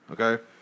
Okay